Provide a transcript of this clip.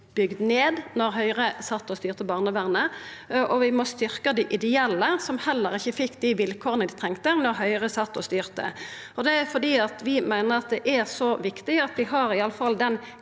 bygd ned da Høgre styrte barnevernet, og vi må styrkja dei ideelle, som heller ikkje fekk dei vilkåra dei trong, da Høgre styrte. Det er fordi vi meiner det er så viktig at vi iallfall